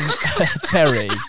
Terry